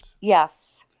Yes